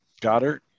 Goddard